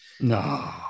No